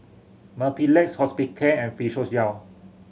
Mepilex Hospicare and Physiogel